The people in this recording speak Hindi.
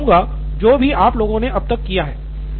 यहाँ मैं दोहराऊँगा जो भी आप लोगों ने अब तक किया